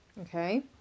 Okay